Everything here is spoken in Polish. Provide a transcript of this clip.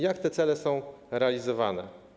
Jak te cele są realizowane?